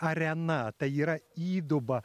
arena tai yra įduba